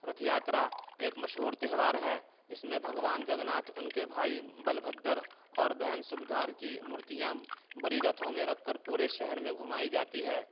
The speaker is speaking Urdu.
رتھ یاترا ایک مشہور تہوار ہے جس میں بھگوان جگ ناتھ ان کے بھائی بل بھدر اور بہن سوبدھار کی مورتیاں بری رتھوں میں رکھ کر پورے شہر میں گھمائی جاتی ہے